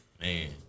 Man